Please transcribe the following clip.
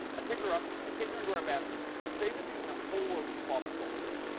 i pick her up, i take her into our bathroom. her favorite thing in the whole world is paw patrol toys,